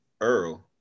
Earl